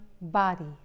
body